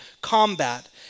combat